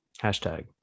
Hashtag